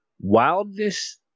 wildness